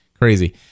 crazy